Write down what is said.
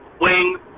wing